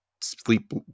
sleep